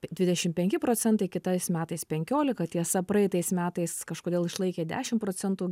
dvidešimt penki procentai kitais metais penkiolika tiesa praeitais metais kažkodėl išlaikė dešimt procentų